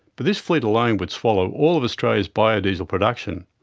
but this fleet alone would swallow all of australia's bio-diesel production,